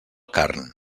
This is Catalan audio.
carn